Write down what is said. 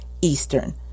Eastern